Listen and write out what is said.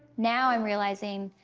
now i'm realizing